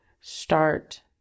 start